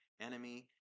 Enemy